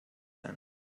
can